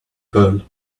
pearl